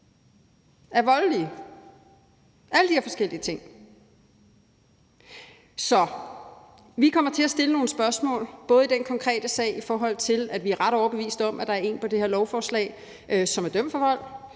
er voldelige, alle de her forskellige ting. Så vi kommer til at stille nogle spørgsmål i den konkrete sag, altså i forhold til at vi er ret overbeviste om, at der er en på det her lovforslag, som er dømt for vold,